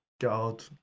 God